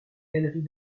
galeries